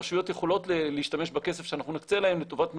הרשויות יכולות להשתמש בכסף שאנחנו נקצה להם לטובת מסבירנים,